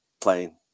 playing